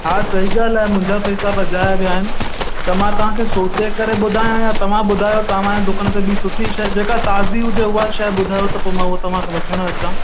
हा सही ॻाल्हि आहे मुंहिंजा पेसा अजाया विया आहिनि त मां तव्हां खे सोचे करे ॿुधायां यां तव्हां ॿुधायो तव्हांजे दुकान ते ॿी सुठी शइ जेका ताज़ी हुजे उहा शइ ॿुधायो त पोइ मां तव्हां खां वठणु अचां